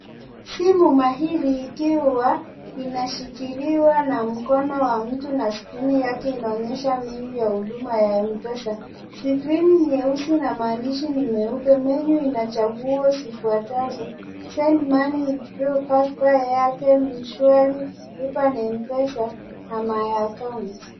Simu mahiri ikiwa inashikiliwa na mkono wa mtu, na skrini yake inaonyesha menu ya huduma ya Mpesa. Skrini ni nyeusi na maandishi ni meupe, menyu ina chaguo zifuatazo, send money, withdraw cash, buy airtime, Mshwari , lipa na mpesa, na my account .